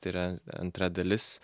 tai yra antra dalis